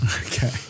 Okay